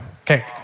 Okay